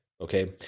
okay